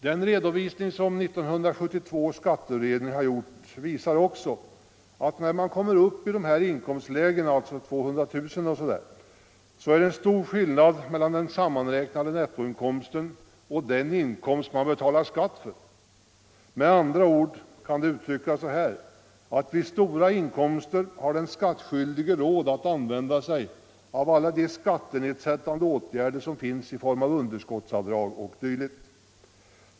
Den redovisning som gjorts av 1972 års skatteutredning visar också att när man kommer upp i dessa inkomstlägen - omkring 200 000 kronor —- är det stor skillnad mellan den sammanräknade nettoinkomsten och den inkomst man betalar skatt för. Med andra ord kan det uttryckas så att vid så stora inkomster har den skattskyldige råd att använda alla de skattenedsättande åtgärder som finns i form av underskottsavdrag o.d.